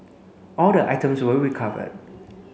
all the items were recovered